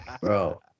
Bro